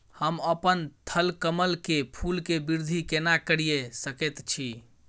हम अपन थलकमल के फूल के वृद्धि केना करिये सकेत छी?